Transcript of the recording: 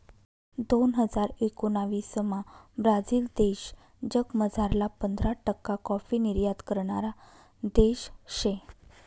दोन हजार एकोणाविसमा ब्राझील देश जगमझारला पंधरा टक्का काॅफी निर्यात करणारा देश शे